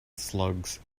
slugs